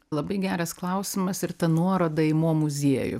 labai geras klausimas ir ta nuoroda į mo muziejų